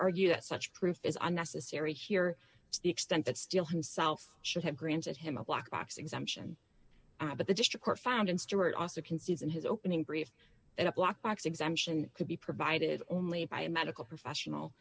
argue that such proof is unnecessary here to the extent that steele himself should have granted him a black box exemption but the district court found in stuart also concedes in his opening brief that a black box exemption could be provided only by a medical professional